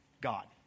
God